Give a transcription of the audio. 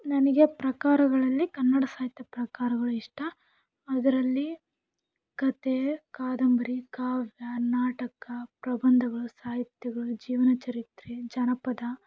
ನನಗೆ ಪ್ರಕಾರಗಳಲ್ಲಿ ಕನ್ನಡ ಸಾಹಿತ್ಯ ಪ್ರಕಾರಗಳು ಇಷ್ಟ ಅದರಲ್ಲಿ ಕಥೆ ಕಾದಂಬರಿ ಕಾವ್ಯ ನಾಟಕ ಪ್ರಬಂಧಗಳು ಸಾಹಿತ್ಯಗಳು ಜೀವನಚರಿತ್ರೆ ಜನಪದ